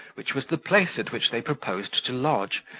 which was the place at which they proposed to lodge,